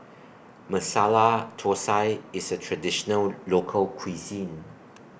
Masala Thosai IS A Traditional Local Cuisine